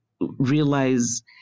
realize